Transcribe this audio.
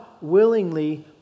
willingly